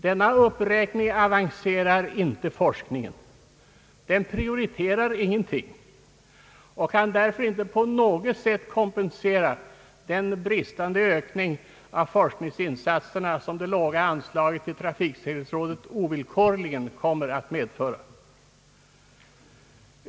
Denna uppräkning för inte forskningen framåt, den priori Anslag till trafiksäkerhetsforskning terar ingenting och kan därför inte på något sätt kompensera den bristande ökning av forskningsinsatserna som det låga anslaget till trafiksäkerhetsrådet ovillkorligen kommer att medföra.